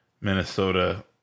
Minnesota